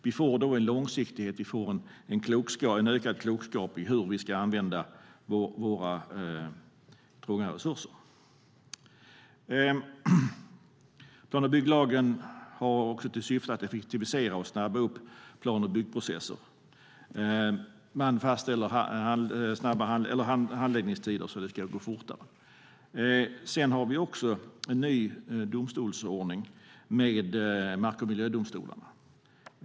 Vi får då en långsiktighet och en ökad klokskap i hur vi ska använda våra trånga resurser. Plan och bygglagen har också till syfte att effektivisera och snabba på plan och byggprocesser. Man fastställer handläggningstider så att det ska gå fortare. Vi har också en ny domstolsordning med mark och miljödomstolarna.